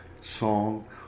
song